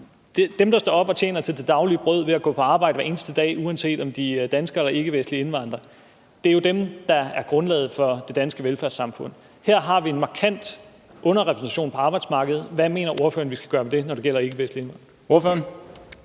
dem, der står op og tjener til det daglige brød ved at gå på arbejde hver eneste dag, uanset om de er danskere eller ikkevestlige indvandrere, er dem, der er grundlaget for det danske velfærdssamfund. Her har vi en markant underrepræsentation på arbejdsmarkedet. Hvad mener ordføreren vi skal gøre ved det, når det gælder ikkevestlige indvandrere?